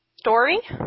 Story